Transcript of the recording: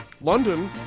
London